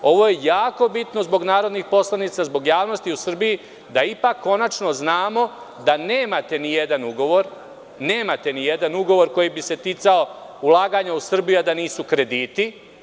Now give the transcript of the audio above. Ovo je jako bitno zbog narodnih poslanika, zbog javnosti u Srbiji, da ipak konačno znamo da nemate nijedan ugovor koji bi se ticao ulaganja u Srbiju, a da nisu krediti.